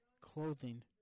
clothing